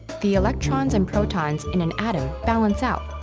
the electrons and protons in an atom balance out,